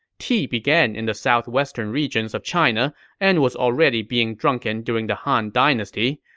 tea began in the southwestern regions of china and was already being drunken during the han dynasty,